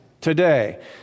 today